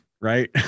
right